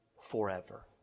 forever